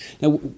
Now